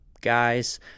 guys